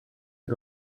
are